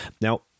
Now